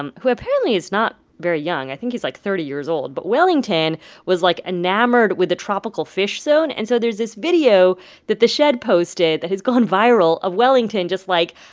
um who, apparently, is not very young. i think he's, like, thirty years old. but wellington was, like, enamored with the tropical fish zone. and so there's this video that the shedd posted that has gone viral of wellington just, like,